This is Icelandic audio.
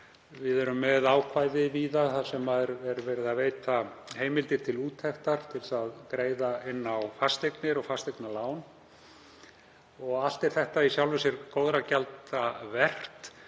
Við erum með ákvæði víða þar sem verið er að veita heimildir til úttektar til að greiða inn á fasteignir og fasteignalán. Allt er þetta í sjálfu sér góðra gjalda vert.